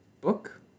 book